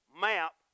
map